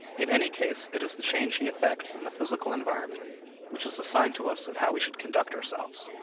in any case, it is the change he effects in the physical environment which is a sign to us of how we should conduct ourselves.